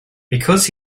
because